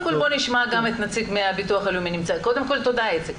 תודה איציק.